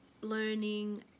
learning